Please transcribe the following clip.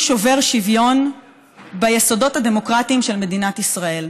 שובר שוויון ביסודות הדמוקרטיים של מדינת ישראל.